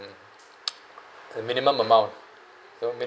the minimum amount the minimum